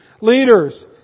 leaders